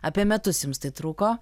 apie metus jums tai truko